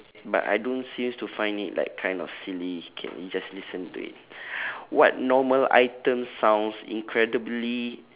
but I don't seems to find it like kind of silly okay we just listen to it what normal item sounds incredibly